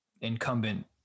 incumbent